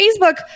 Facebook